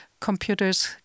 computers